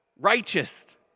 righteous